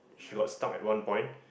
she got stuck at one point